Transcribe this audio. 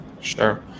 Sure